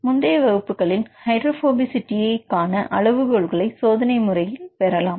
முந்தைய வகுப்புகளில் ஹைட்ரோபோபிசிட்டிஐ காண அளவுகோல்களை சோதனை முறையில் பெறலாம்